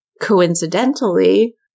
coincidentally